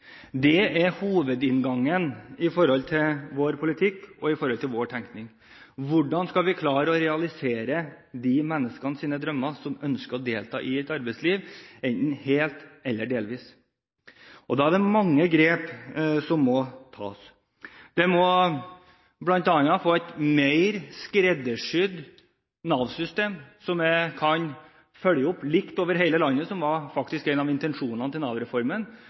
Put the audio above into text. Det er hovedinngangen til vår politikk og i vår tenkning: Hvordan skal vi klare å realisere drømmene til de menneskene som ønsker å delta i et arbeidsliv, enten helt eller delvis? Da er det mange grep som må tas. Vi må bl.a. få et mer skreddersydd Nav-system som kan følge opp likt over hele landet, som faktisk var en av intensjonene